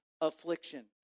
affliction